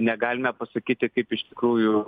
negalime pasakyti kaip iš tikrųjų